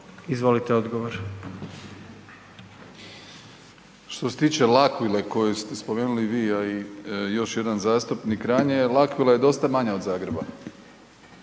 Andrej (HDZ)** Što se tiče L'Aquile koju ste spomenuli vi, a i još jedan zastupnik ranije, L'Aquila je dosta manja od Zagreba,